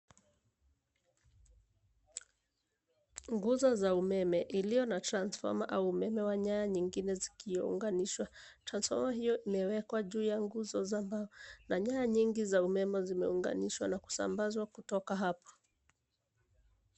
Nguzo za umeme, iliyo na transfoma au umeme wa nyaya nyingine zikiunganishwa. Transfoma hiyo imewekwa juu ya nguzo za mbao, na nyanya nyingi za umeme zimeunganishwa na kusambazwa kutoka hapa.